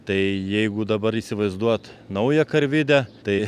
tai jeigu dabar įsivaizduot naują karvidę tai